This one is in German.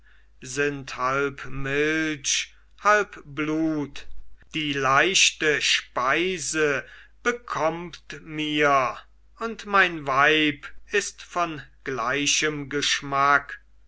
sind halb milch halb blut die leichte speise bekommt mir und mein weib ist von gleichem geschmack